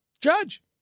judge